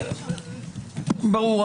ברור.